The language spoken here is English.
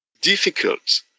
difficult